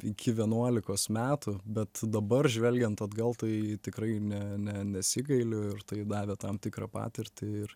iki vienuolikos metų bet dabar žvelgiant atgal tai tikrai ne ne nesigailiu ir tai davė tam tikrą patirtį ir